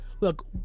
look